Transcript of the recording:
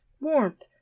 warmth